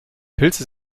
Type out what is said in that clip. pilze